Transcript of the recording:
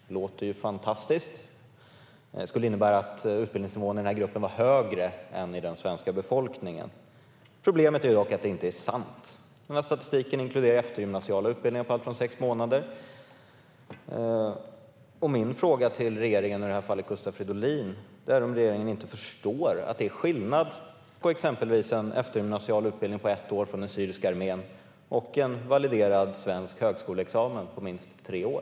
Det låter ju fantastiskt, och det skulle innebära att utbildningsnivån i den här gruppen var högre än i den svenska befolkningen. Problemet är dock att det inte är sant. Statistiken inkluderar eftergymnasiala utbildningar som är allt från sex månader långa. Min fråga till regeringen, i det här fallet Gustav Fridolin, är om regeringen inte förstår att det är skillnad mellan exempelvis en ettårig eftergymnasial utbildning från den syriska armén och en validerad svensk högskoleexamen på minst tre år.